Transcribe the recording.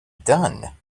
done